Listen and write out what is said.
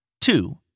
Two